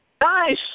Nice